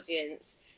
audience